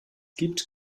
gibt